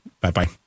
Bye-bye